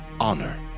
honor